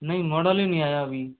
नहीं मॉडल ही नहीं आया अभी